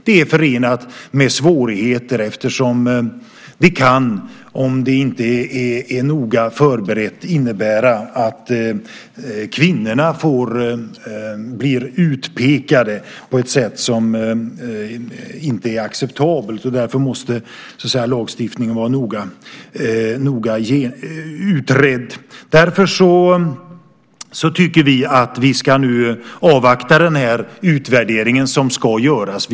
Det kan, om det inte är noga förberett, innebära att kvinnorna blir utpekade på ett sätt som inte är acceptabelt. Därför måste lagstiftningen vara noga utredd. Därför tycker vi att vi ska avvakta den utvärdering som ska göras.